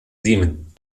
deemed